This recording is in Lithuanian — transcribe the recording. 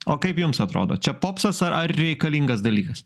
o kaip jums atrodo čia popsas ar ar reikalingas dalykas